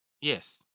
Yes